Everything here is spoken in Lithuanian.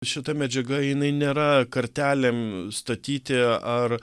šita medžiaga jinai nėra kartelėm statyti ar